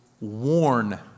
warn